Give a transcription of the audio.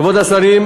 כבוד השרים,